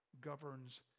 governs